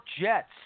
Jets